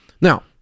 now